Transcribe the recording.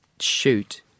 shoot